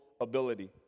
ability